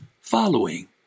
following